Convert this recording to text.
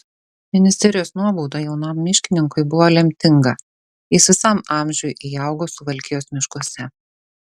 ministerijos nuobauda jaunam miškininkui buvo lemtinga jis visam amžiui įaugo suvalkijos miškuose